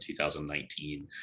2019